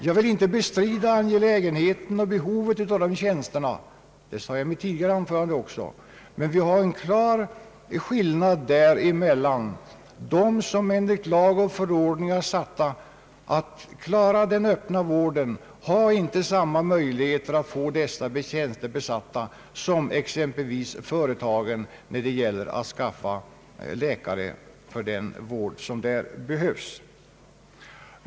Jag vill inte bestrida angelägenheten och behovet av dessa tjänster — det framhöll jag även i mitt tidigare anförande — men det finns en klar skillnad mellan dem, som enligt lag och förordningar är satta att klara den öppna vården, och exempelvis företagens möjligheter att skaffa läkare för den vård som där behövs.